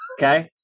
okay